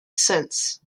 since